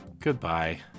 Goodbye